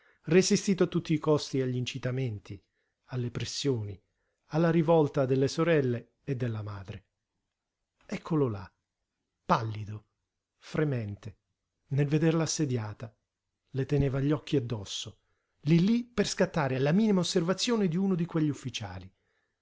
resistito a tutti i costi agli incitamenti alle pressioni alla rivolta delle sorelle e della madre eccolo là pallido fremente nel vederla assediata le teneva gli occhi addosso lí lí per scattare alla minima osservazione di uno di quegli ufficiali